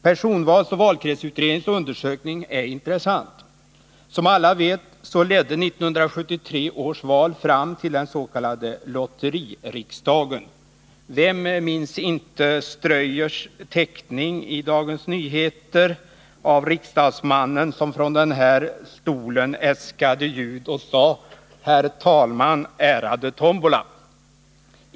Personvalsoch valkretsutredningens undersökning är intressant. Som alla vet ledde 1973 års val fram till den s.k. lotteririksdagen. Vem minns inte Ströyers teckning i Dagens Nyheter av riksdagsmannen som gick upp i denna talarstol och sade: Herr talman! Ärade tombola!